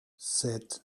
sete